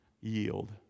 yield